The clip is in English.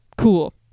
cool